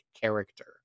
character